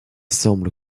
semble